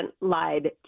lied